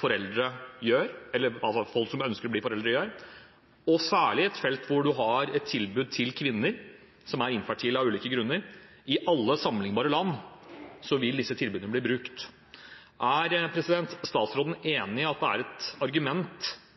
folk som ønsker å bli foreldre, gjør – og særlig på et felt hvor du har et tilbud til kvinner som er infertile av ulike grunner, vil disse tilbudene bli brukt, i alle sammenlignbare land. Er statsråden enig i at det er et argument